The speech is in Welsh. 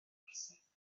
orsedd